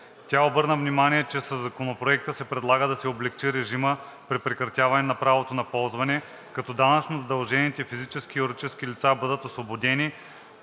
Тя обърна внимание, че със Законопроекта се предлага да се облекчи режимът при прекратяване на правото на ползване, като данъчно задължените физически и юридически лица бъдат освободени